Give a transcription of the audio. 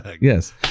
Yes